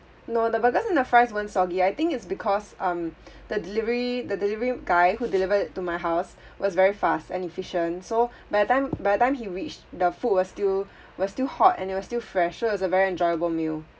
no the burgers and the fries weren't soggy I think is because um the delivery the delivery guy who delivered to my house was very fast and efficient so by the time by the time he reached the food was still was still hot and it was still fresh so it was a very enjoyable meal